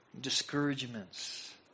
discouragements